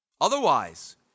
otherwise